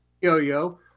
Yo-Yo